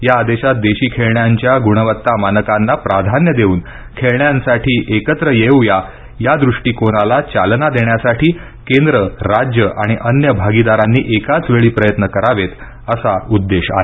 या आदेशात देशी खेळण्यांच्या गुणवत्ता मानकांना प्राधान्य देऊन खेळण्यांसाठी एकत्र येऊया या दृष्टिकोनाला चालना देण्यासाठी केंद्रं राज्यं आणि अन्य भागिदारांनी एकाच वेळी प्रयत्न करावेत असा उद्देश आहे